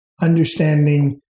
understanding